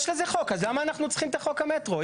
אם יש לזה חוק אז למה צריך את חוק המטרו.